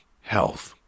health